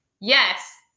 yes